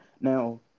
Now